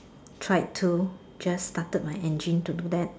tried to just started my engine to do that